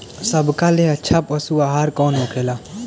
सबका ले अच्छा पशु आहार कवन होखेला?